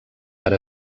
per